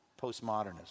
Postmodernism